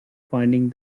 finding